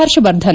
Harshvardhan